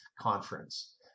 conference